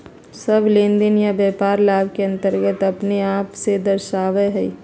सब लेनदेन या व्यापार लाभ के अन्तर्गत अपने आप के दर्शावा हई